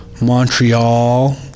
montreal